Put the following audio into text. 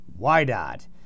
YDOT